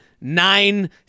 nine